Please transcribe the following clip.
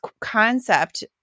concept